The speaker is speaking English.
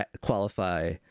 qualify